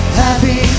happy